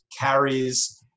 carries